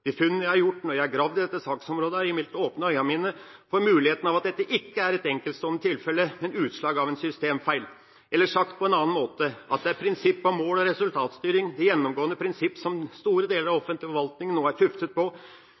De funnene jeg har gjort når jeg har gravd i dette saksområdet, har imidlertid åpnet øynene mine for muligheten for at dette ikke er et enkeltstående tilfelle, men utslag av en systemfeil – eller sagt på en annen måte: at det er prinsippet om mål- og resultatstyring, det gjennomgripende prinsippet som store deler av offentlig forvaltning nå er tuftet på,